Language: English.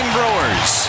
Brewers